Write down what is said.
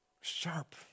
sharp